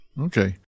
Okay